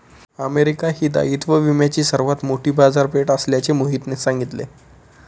America ही दायित्व विम्याची सर्वात मोठी बाजारपेठ असल्याचे मोहितने सांगितले